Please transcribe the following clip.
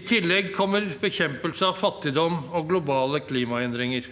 I tillegg kommer bekjempelse av fattigdom og globale klimaendringer.